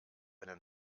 eine